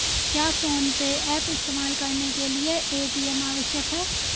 क्या PhonePe app इस्तेमाल करने के लिए ए.टी.एम आवश्यक है?